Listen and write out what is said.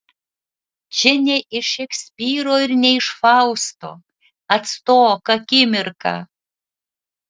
čia ne iš šekspyro ir ne iš fausto atstok akimirka